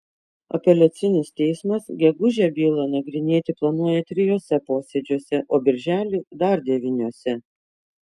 apeliacinis teismas gegužę bylą nagrinėti planuoja trijuose posėdžiuose o birželį dar devyniuose